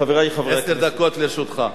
חברי חברי הכנסת, עשר דקות לרשותך.